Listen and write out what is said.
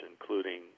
including